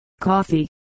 Coffee